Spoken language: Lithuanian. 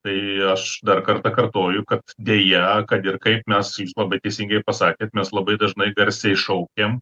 tai aš dar kartą kartoju kad deja kad ir kaip mes labai teisingai ir pasakėt mes labai dažnai garsiai šaukėm